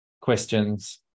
questions